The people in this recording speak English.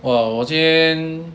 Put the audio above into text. oh 我今天